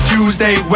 Tuesday